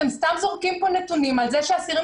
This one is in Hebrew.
אתם סתם זורקים פה נתונים על זה שאסירים